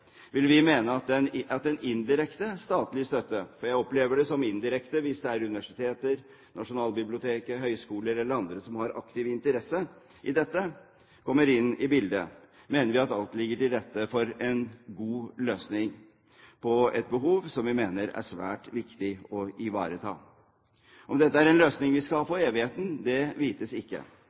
vi at ved en indirekte statlig støtte – for jeg opplever det som indirekte hvis det er universiteter, Nasjonalbiblioteket, høyskoler eller andre som har aktiv interesse i dette, som kommer inn i bildet – vil alt ligge til rette for en god løsning på et behov som vi mener er svært viktig å ivareta. Om dette er en løsning vi skal ha for evigheten, vites ikke.